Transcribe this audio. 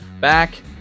back